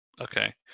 Okay